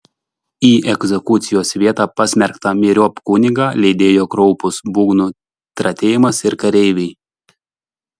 į egzekucijos vietą pasmerktą myriop kunigą lydėjo kraupus būgnų tratėjimas ir kareiviai